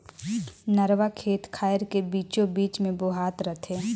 नरूवा खेत खायर के बीचों बीच मे बोहात रथे